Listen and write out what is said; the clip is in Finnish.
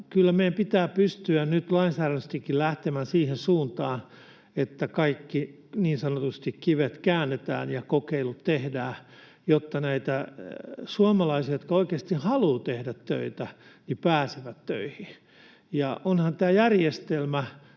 kyllä meidän pitää pystyä nyt lainsäädännöllisestikin lähtemään siihen suuntaan, että niin sanotusti kaikki kivet käännetään ja kokeilut tehdään, jotta nämä suomalaiset, jotka oikeasti haluavat tehdä töitä, pääsevät töihin. Ja onhan tämä järjestelmä